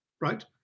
Right